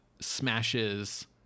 smashes